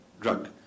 drug